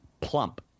plump